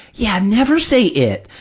yeah. never say it.